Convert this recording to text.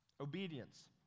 Obedience